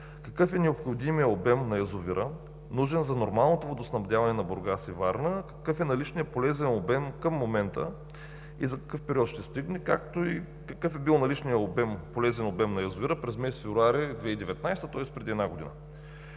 Какъв е необходимият обем на язовира, нужен за нормалното водоснабдяване на Бургас и Варна? Какъв е наличният полезен обем към момента и за какъв период ще стигне, както и какъв е бил наличният полезен обем на язовира през месец февруари 2019, тоест преди една година?